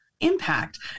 impact